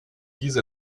diese